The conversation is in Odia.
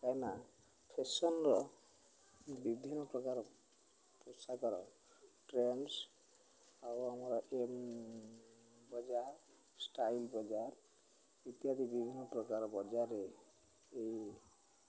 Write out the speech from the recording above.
କାଇଁନା ଫେସନର ବିଭିନ୍ନ ପ୍ରକାର ପୋଷାକର ଟ୍ରେଣ୍ଡସ ଆଉ ଆମର ଏମ୍ ବଜାର ଷ୍ଟାଇଲ ବଜାର ଇତ୍ୟାଦି ବିଭିନ୍ନ ପ୍ରକାର ବଜାରରେ ଏଇ